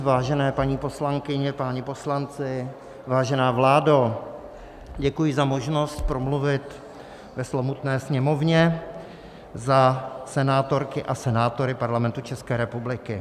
Vážené paní poslankyně, páni poslanci, vážená vládo, děkuji za možnost promluvit ve slovutné Sněmovně za senátory a senátorky Parlamentu České republiky.